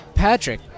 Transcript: Patrick